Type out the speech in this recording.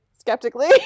skeptically